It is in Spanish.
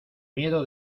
miedo